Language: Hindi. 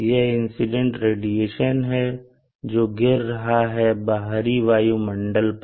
यह इंसिडेंट रेडिएशन है जो गिर रहा है बाहरी वायुमंडल पर